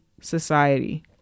society